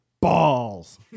Balls